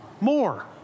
more